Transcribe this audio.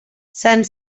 sant